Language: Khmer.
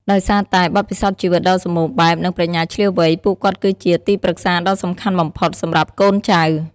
ដោយសារតែ បទពិសោធន៍ជីវិតដ៏សម្បូរបែប និងប្រាជ្ញាឈ្លាសវៃ ពួកគាត់គឺជា ទីប្រឹក្សាដ៏សំខាន់បំផុត សម្រាប់កូនចៅ។